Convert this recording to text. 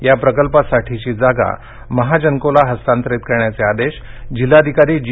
या प्रकल्पासाठीची जागा महाजनकोला इस्तांतरीत करण्याचे आदेश जिल्हाधिकारी जी